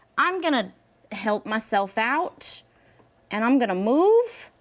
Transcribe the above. i'm gonna help myself out and i'm gonna move.